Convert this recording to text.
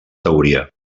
teoria